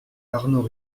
arnaud